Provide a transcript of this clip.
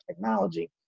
technology